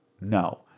No